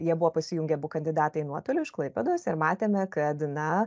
jie buvo pasijungę abu kandidatai nuotolių iš klaipėdos ir matėme kad na